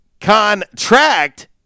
contract